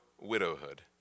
widowhood